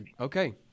okay